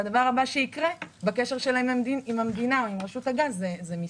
והדבר הבא שיקרה בקשר שלהם עם המדינה או עם רשות הגז זה מיסוי.